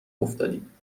افتادیم